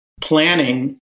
planning